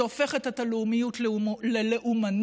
שהופכת את הלאומיות ללאומנות,